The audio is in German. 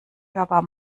hörbar